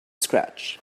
scratch